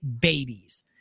babies